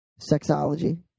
Sexology